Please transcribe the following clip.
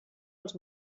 els